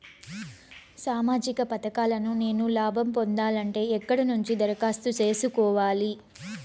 సామాజిక పథకాలను నేను లాభం పొందాలంటే ఎక్కడ నుంచి దరఖాస్తు సేసుకోవాలి?